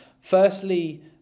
firstly